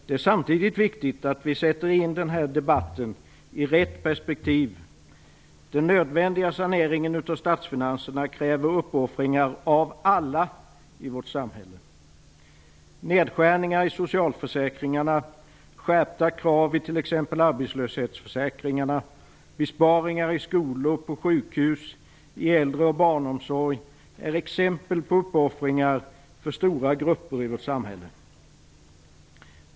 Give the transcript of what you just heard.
Det är samtidigt viktigt att vi sätter in den här debatten i rätt perspektiv. Den nödvändiga saneringen av statsfinanserna kräver uppoffringar av alla i vårt samhälle. Nedskärningar i socialförsäkringarna, skärpta krav i arbetslöshetsförsäkringarna samt besparingar i skolor, på sjukhus, i äldre och barnomsorg är exempel på uppoffringar för stora grupper i vårt samhälle.